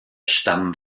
stammen